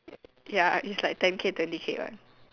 ya it's like ten K twenty K one